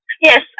Yes